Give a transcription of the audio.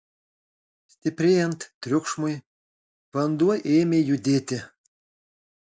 stiprėjant triukšmui vanduo ėmė judėti